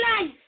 life